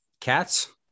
cats